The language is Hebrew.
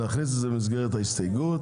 נכניס את זה במסגרת ההסתייגות,